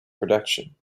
production